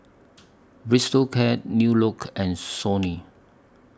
Bistro Cat New Look and Sony